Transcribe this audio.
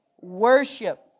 worship